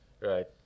Right